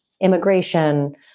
immigration